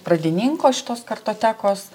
pradininko šitos kartotekos